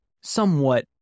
somewhat